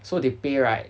so they pay right